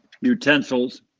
utensils